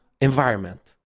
environment